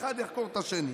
שאחד יחקור את השני.